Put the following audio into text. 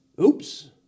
Oops